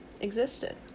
existed